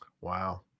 Wow